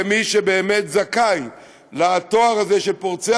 כי מי שבאמת זכאים לתואר הזה של פורצי